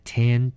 ten